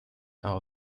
all